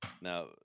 Now